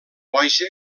boja